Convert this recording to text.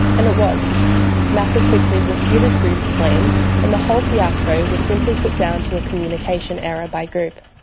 and it was nasa quickly refuted goop's claims and the whole fiasco was simply put down to a communication error by goop,